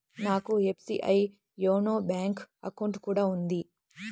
నాకు SBI YONO bank account కూడా ఉంది